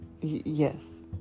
Yes